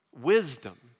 wisdom